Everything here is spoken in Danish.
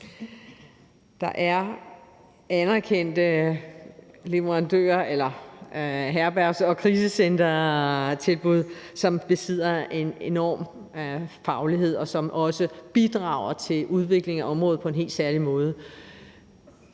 Der er anerkendte leverandører af herbergs- og krisecentertilbud, som besidder en enorm faglighed, og som også bidrager til udvikling af området på en helt særlig måde.